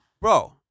bro